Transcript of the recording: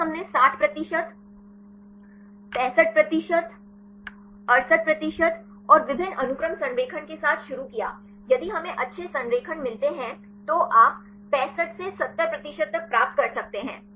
पहले हमने 60 प्रतिशत 65 प्रतिशत 68 प्रतिशत और विभिन्न अनुक्रम संरेखण के साथ शुरू किया यदि हमें अच्छे संरेखण मिलते हैं तो आप 65 से 70 प्रतिशत तक प्राप्त कर सकते हैं